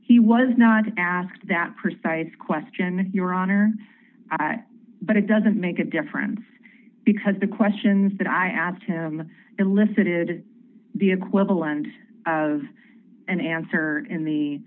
he was not asked that precise question your honor but it doesn't make a difference because the questions that i asked him elicited the equivalent of an answer in the